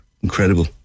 Incredible